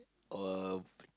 or